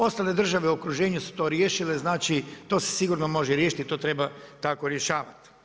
Ostale države u okruženju su to riješile, znači to se sigurno može riješiti i to treba tako rješavati.